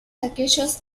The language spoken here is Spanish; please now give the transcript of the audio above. aquellos